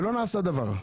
ולא נעשה דבר.